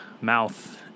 mouth